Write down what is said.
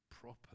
properly